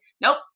nope